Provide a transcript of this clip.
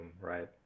right